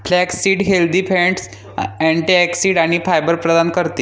flaxseed healthy fats, antioxidants आणि fibre प्रदान करते